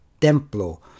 Templo